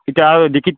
ইতা আৰু ডিকিত